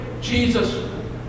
Jesus